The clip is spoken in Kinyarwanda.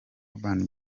urban